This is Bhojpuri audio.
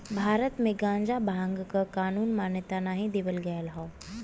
भारत में गांजा भांग क कानूनी मान्यता नाही देवल गयल हौ